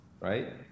right